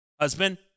husband